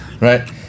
Right